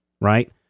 Right